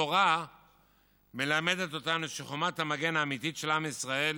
התורה מלמדת אותנו שחומת המגן האמיתית של עם ישראל